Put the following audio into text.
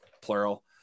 plural